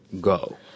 go